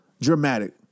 dramatic